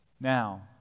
Now